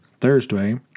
Thursday